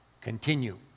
Continue